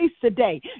today